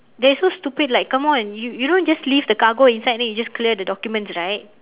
they're so stupid like come on you you don't just leave the cargo inside then you just clear the documents right